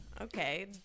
Okay